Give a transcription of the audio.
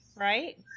Right